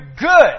good